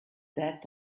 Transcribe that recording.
that